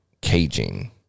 Caging